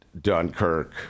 Dunkirk